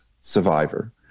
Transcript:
Survivor